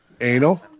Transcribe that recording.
Anal